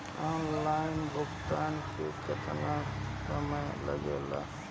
Online भुगतान में केतना समय लागेला?